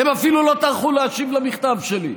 הם אפילו לא טרחו להשיב על המכתב שלי.